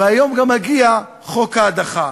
והיום גם מגיע חוק ההדחה.